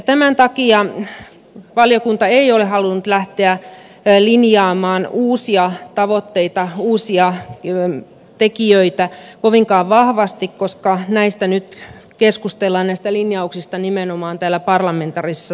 tämän takia valiokunta ei ole halunnut lähteä linjaamaan uusia tavoitteita uusia tekijöitä kovinkaan vahvasti koska näistä linjauksista nyt keskustellaan nimenomaan täällä parlamentaarisessa työryhmässä